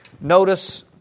Notice